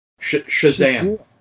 Shazam